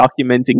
documenting